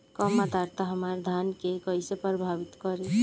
कम आद्रता हमार धान के कइसे प्रभावित करी?